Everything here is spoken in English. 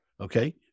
okay